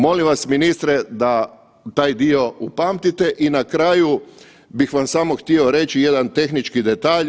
Molim vas ministre da taj dio upamtite i na kraju bih vam samo htio reći jedan tehnički detalj.